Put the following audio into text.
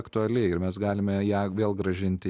aktuali ir mes galime ją vėl grąžinti